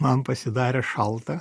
man pasidarė šalta